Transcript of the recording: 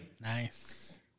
nice